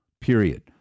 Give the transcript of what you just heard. period